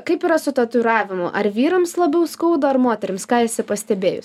kaip yra su tatuiravimu ar vyrams labiau skauda ar moterims ką esi pastebėjus